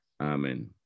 Amen